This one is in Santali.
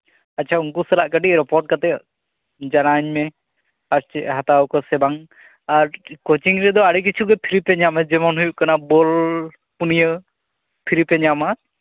ᱟᱪᱪᱷᱟ ᱩᱱᱠᱩ ᱥᱟᱞᱟᱜ ᱠᱟᱹᱴᱤᱡ ᱨᱚᱯᱚᱲ ᱠᱟᱛᱮ ᱡᱟᱱᱟᱣᱤᱧ ᱢᱮ ᱟᱨ ᱪᱮᱫ ᱦᱟᱛᱟᱣᱟᱠᱚ ᱥᱮ ᱵᱟᱝ ᱟᱨ ᱠᱳᱪᱤᱝ ᱨᱮᱫᱚ ᱟᱹᱰᱤ ᱠᱤᱪᱷᱩ ᱜᱮ ᱯᱷᱨᱤᱛᱮ ᱧᱟᱢᱚᱜᱼᱟ ᱡᱮᱢᱚᱱ ᱦᱩᱭᱩᱜ ᱠᱟᱱᱟ ᱵᱚᱞ ᱯᱩᱱᱭᱟᱹ ᱯᱷᱨᱤ ᱯᱮ ᱧᱟᱢᱟ